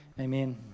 Amen